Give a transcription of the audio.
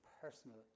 personal